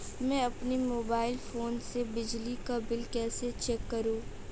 मैं अपने mobile phone से बिजली का बिल कैसे चेक करूं?